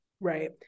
Right